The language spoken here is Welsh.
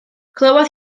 clywodd